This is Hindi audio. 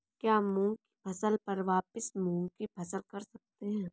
क्या मूंग की फसल पर वापिस मूंग की फसल कर सकते हैं?